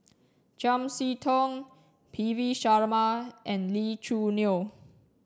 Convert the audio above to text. Chiam See Tong P V Sharma and Lee Choo Neo